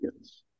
Yes